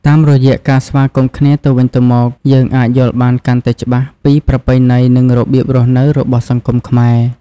តាមរយៈការស្វាគមន៍គ្នាទៅវិញទៅមក យើងអាចយល់បានកាន់តែច្បាស់ពីប្រពៃណីនិងរបៀបរស់នៅរបស់សង្គមខ្មែរ។